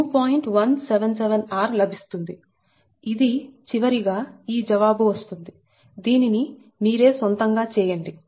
177r లభిస్తుంది ఇది చివరిగా ఈ జవాబు వస్తుంది దీనిని మీరే సొంతంగా చేయండి